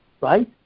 right